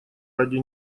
ради